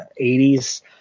80s